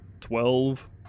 Twelve